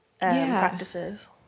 practices